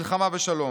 מלחמה ושלום.